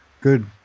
good